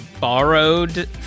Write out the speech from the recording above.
borrowed